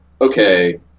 okay